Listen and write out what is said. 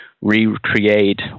recreate